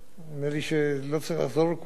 "מדינת ישראל,